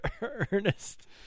Ernest